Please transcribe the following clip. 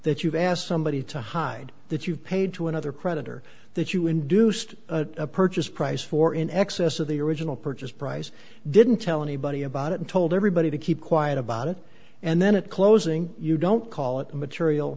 that you've asked somebody to hide that you've paid to another creditor that you induced a purchase price for in excess of the original purchase price didn't tell anybody about it and told everybody to keep quiet about it and then it closing you don't call it material